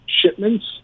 Shipments